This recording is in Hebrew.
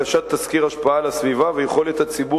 הגשת תסקיר השפעה על הסביבה ויכולת הציבור